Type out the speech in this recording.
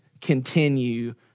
continue